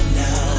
now